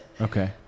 Okay